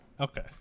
okay